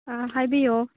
ꯑ ꯍꯥꯏꯕꯤꯌꯨ